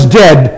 dead